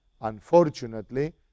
unfortunately